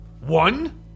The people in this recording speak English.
one